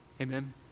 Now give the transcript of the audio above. Amen